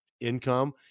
income